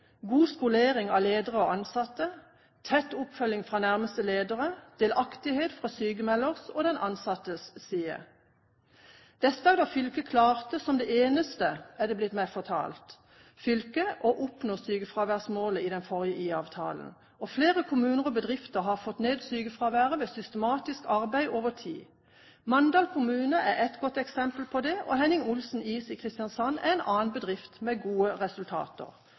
god skolering av ledere og ansatte, tett oppfølging fra nærmeste ledere, delaktighet fra sykmelders og den ansattes side. Vest-Agder fylke klarte – som det eneste fylke, er det blitt meg fortalt – å oppnå sykefraværsmålene i den forrige IA-avtalen, og flere kommuner og bedrifter har fått ned sykefraværet ved systematisk arbeid over tid. Mandal kommune er et godt eksempel på det, og Hennig Olsen Is i Kristiansand er en annen bedrift med gode resultater,